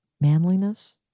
manliness